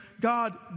God